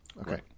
Okay